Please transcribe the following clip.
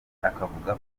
akavuga